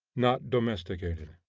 not domesticated.